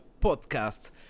podcast